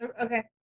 Okay